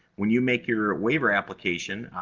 when you make your waiver application,